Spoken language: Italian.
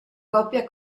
coppia